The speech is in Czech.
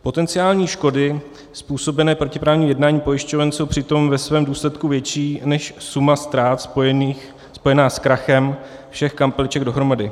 Potenciální škody způsobené protiprávním jednáním pojišťoven jsou přitom ve svém důsledku větší než suma ztrát spojená s krachem všech kampeliček dohromady.